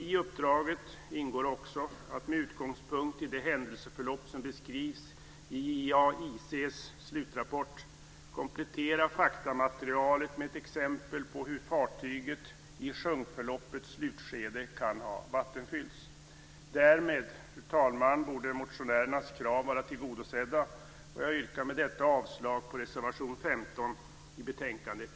I uppdraget ingår också att med utgångspunkt i det händelseförlopp som beskrivs i JAIC:s slutrapport komplettera faktamaterialet med ett exempel på hur fartyget i sjunkförloppets slutskede kan ha vattenfyllts. Därmed, fru talman, borde motionärernas krav vara tillgodosedda. Jag yrkar med detta avslag på reservation 15 i betänkande TU1.